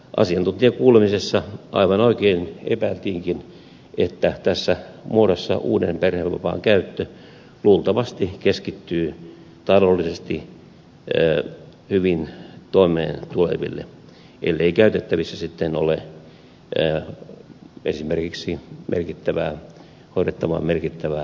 asiantuntijakuulemisessa aivan oikein epäiltiinkin että tässä muodossa uuden perhevapaan käyttö luultavasti keskittyy taloudellisesti hyvin toimeentuleville ellei käytettävissä sitten ole esimerkiksi hoidettavan merkittävää varallisuutta